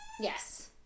Yes